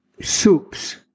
Soups